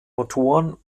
motoren